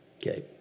Okay